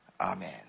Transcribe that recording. Amen